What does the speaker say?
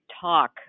talk